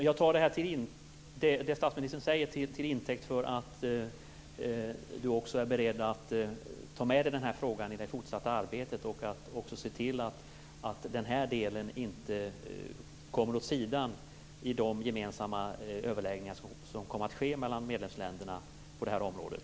Fru talman! Jag tar det statsministern säger till intäkt för att han också är beredd att ta med sig den här frågan i det fortsatta arbetet och att se till att den här delen inte kommer åt sidan i de gemensamma överläggningar som kommer att ske mellan medlemsländerna på det här området.